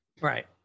Right